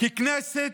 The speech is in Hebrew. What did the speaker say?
ככנסת